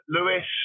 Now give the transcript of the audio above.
Lewis